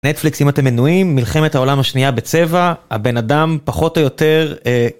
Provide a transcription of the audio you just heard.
נטפליקסים אתם מנויים מלחמת העולם השנייה בצבע הבן אדם פחות או יותר.